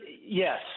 yes